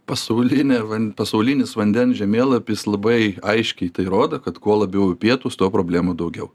pasaulinė pasaulinis vandens žemėlapis labai aiškiai tai rodo kad kuo labiau į pietus tuo problemų daugiau